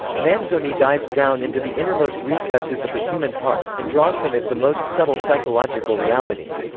manzoni dives down into the innermost recesses of the human heart, and draws from it the most subtle psychological reality.